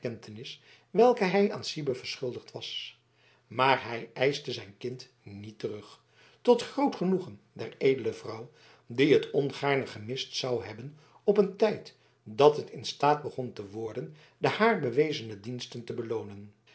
welke hij aan sybe verschuldigd was maar hij eischte zijn kind niet terug tot groot genoegen der edele vrouw die het ongaarne gemist zou hebben op een tijd dat het in staat begon te worden de haar bewezene diensten te beloonen